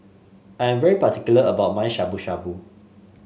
I am very particular about my Shabu Shabu